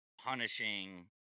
punishing